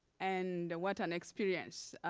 and what an experience.